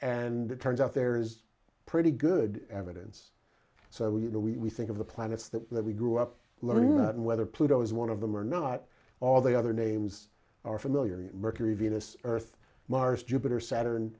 and it turns out there is pretty good evidence so you know we think of the planets that we grew up learning on whether pluto is one of them or not all the other names are familiar mercury venus earth mars jupiter saturn